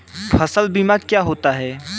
फसल बीमा क्या होता है?